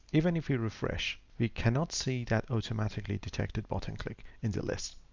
even if we refresh, we cannot see that automatically detected button click in the list.